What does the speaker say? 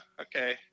okay